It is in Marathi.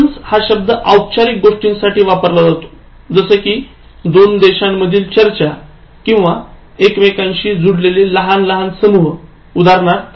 Relations हा शब्द औपचारिक गोष्टींसाठी वापरला जातो जसे कि दोन देशांमधील चर्चा किंवा एकमेकांशी जुडलेले लहान लहान समूह उदाहरणार्थ